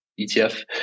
ETF